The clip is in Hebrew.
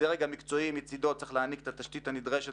על הדרג המקצועי להעניק את התשתית הנדרשת